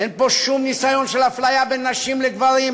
אין פה שום ניסיון של אפליה בין נשים לגברים,